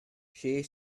she